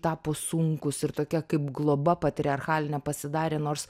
tapo sunkūs ir tokia kaip globa patriarchalinė pasidarė nors